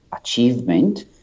achievement